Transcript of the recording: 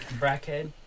Brackhead